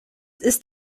ist